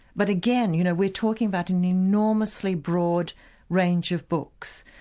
but again you know we are talking about an enormously broad range of books.